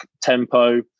tempo